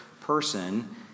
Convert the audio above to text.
person